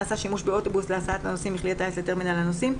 נעשה שימוש באוטובוס להסעת הנוסעים מכלי הטיס לטרמינל הנוסעים,